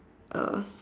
uh